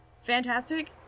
Fantastic